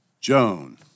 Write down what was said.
Joan